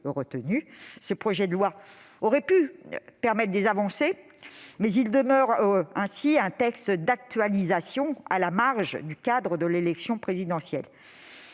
Ce projet de loi aurait pu permettre des avancées, mais il demeure un texte d'actualisation à la marge du cadre de l'élection présidentielle.